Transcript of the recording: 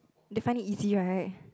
they find it easy right